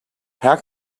how